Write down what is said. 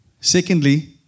Secondly